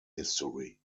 history